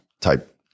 type